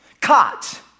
Caught